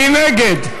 מי נגד?